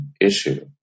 issue